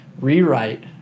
rewrite